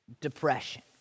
depression